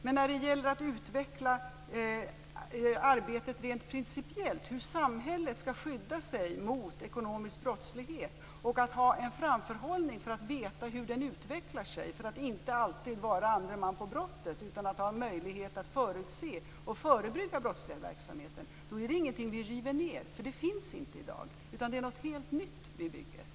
Men i fråga om att utveckla arbetet rent principiellt - hur samhället skall skydda sig mot ekonomisk brottslighet och ha en framförhållning för att veta hur den utvecklar sig för att inte alltid vara andre man på brottet utan ha möjlighet att förutse och förebygga den brottsliga verksamheten - är det ingenting vi river ned, eftersom det inte finns i dag. Det är något helt nytt vi bygger.